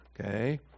okay